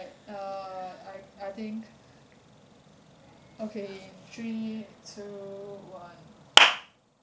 alright err I I think okay in three two one